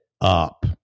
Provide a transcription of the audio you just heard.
up